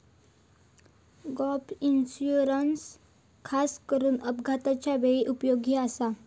gap insurance खासकरून अपघाताच्या वेळी उपयुक्त आसा